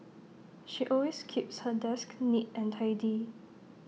she always keeps her desk neat and tidy